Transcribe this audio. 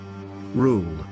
rule